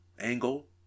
angle